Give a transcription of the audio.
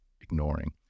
ignoring